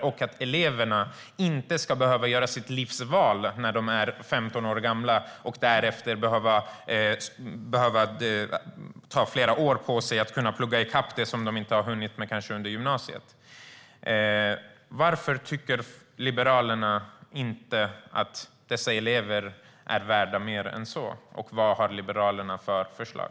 Vi menar att eleverna inte ska behöva göra sitt livs val när de är 15 år gamla och därefter behöva ta flera år på sig att plugga i kapp det de kanske inte har hunnit med under gymnasiet. Varför tycker inte Liberalerna att dessa elever är värda mer än så? Och vad har Liberalerna för förslag?